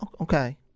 Okay